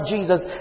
Jesus